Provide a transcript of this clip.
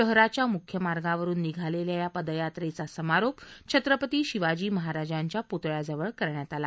शहराच्या मुख्य मार्गावरुन निघालेल्या या पदयात्रेचा समारोप छत्रपती शिवाजी महाराजांच्या पुतळ्या जवळ करण्यात आला